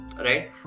right